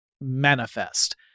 manifest